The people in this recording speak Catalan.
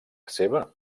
seva